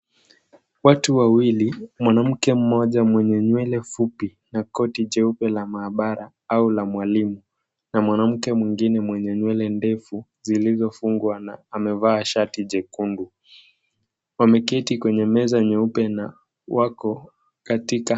Watu wawili, mwanamke mmoja mwenye nywele fupi na koti jeupe la maabara au la mwalimu na mwanamke mwingine mwenye nywele ndefu zilizofungwa na amevaa shati jekundu, wameketi kwenye meza nyeupe na wako katika.